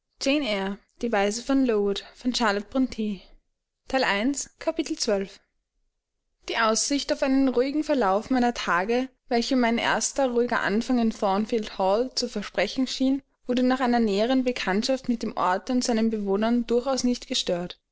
die aussicht auf einen ruhigen verlauf meiner tage welche mein erster ruhiger anfang in thornfield hall zu versprechen schien wurde nach einer näheren bekanntschaft mit dem orte und seinen bewohnern durchaus nicht gestört